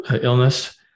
illness